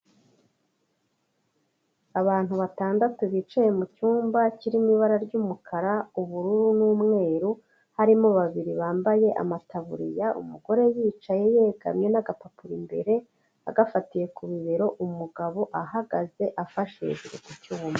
Abantu batandatu bicaye mu cyumba kirimo ibara ry'umukara, ubururu n'umweru harimo babiri bambaye amataburiya, umugore yicaye yegamye n'agapapuro imbere agafatiye ku bibero, umugabo ahagaze afashe hejuru ku cyuma.